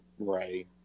right